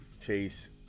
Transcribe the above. chase